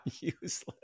Useless